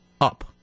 up